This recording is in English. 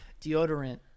deodorant